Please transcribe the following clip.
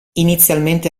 inizialmente